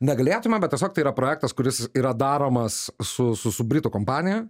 negalėtume bet tiesiog tai yra projektas kuris yra daromas su su britų kompanija